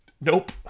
Nope